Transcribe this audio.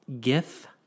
gif